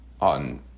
on